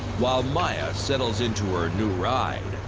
while maya settles into her new ride.